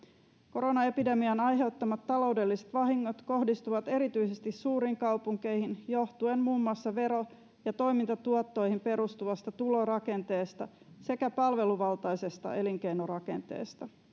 koronaepidemian aiheuttamat taloudelliset vahingot kohdistuvat erityisesti suuriin kaupunkeihin johtuen muun muassa vero ja toimintatuottoihin perustuvasta tulorakenteesta sekä palveluvaltaisesta elinkeinorakenteesta